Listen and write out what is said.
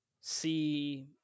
see